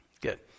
Good